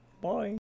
Bye